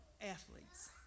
athletes